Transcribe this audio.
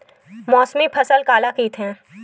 मौसमी फसल काला कइथे?